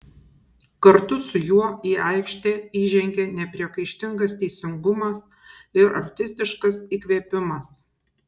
kartu su juo į aikštę įžengė nepriekaištingas teisingumas ir artistiškas įkvėpimas